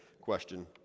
question